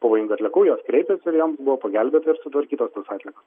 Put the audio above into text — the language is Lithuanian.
pavojingų atliekų jos kreipėsi ir joms buvo pagelbėta ir sutvarkytos tos atliekos